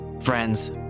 Friends